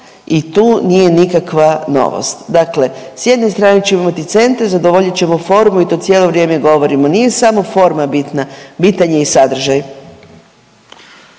i tu nije nikakva novost, dakle s jedne strane ćemo imati centre, zadovoljit ćemo formu i to cijelo vrijeme govorimo, nije samo forma bitna, bitan je i sadržaj.